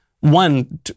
one